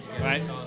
Right